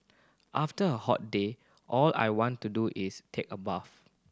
after a hot day all I want to do is take a bath